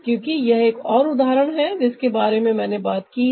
क्योंकि यह एक और उदाहरण है जिसके बारे में मैंने बात की है